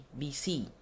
BC